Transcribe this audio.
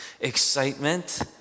excitement